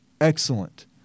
excellent